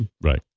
Right